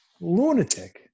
Lunatic